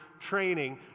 training